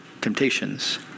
temptations